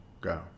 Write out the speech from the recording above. go